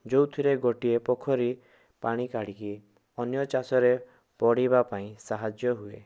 ଯେଉଁଥିରେ ଗୋଟିଏ ପୋଖରୀ ପାଣି କାଢ଼ିକି ଅନ୍ୟ ଚାଷରେ ପଡ଼ିବା ପାଇଁ ସାହାଯ୍ୟ ହୁଏ